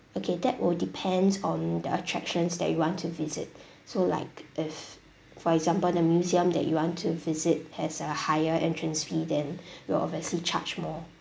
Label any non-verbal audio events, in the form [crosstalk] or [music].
okay that will depend on the attractions that you want to visit [breath] so like if for example the museum that you want to visit has a higher entrance fee then [breath] you're obviously charge more